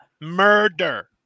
Murder